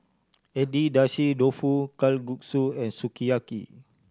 Agedashi Dofu Kalguksu and Sukiyaki